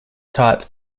type